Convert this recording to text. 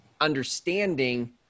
understanding